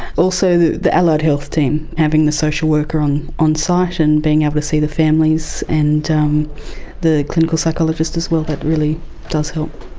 also the the allied health team, having the social worker on-site and being able to see the families, and um the clinical psychologist as well, that really does help.